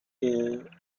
ایوونتون